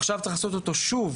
עכשיו צריך לעשות אותו שוב